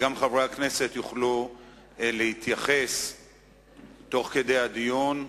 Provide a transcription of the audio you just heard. וגם חברי הכנסת יוכלו להתייחס תוך כדי הדיון,